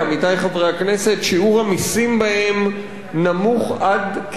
שיעור המסים בהם נמוך עד כדי גיחוך.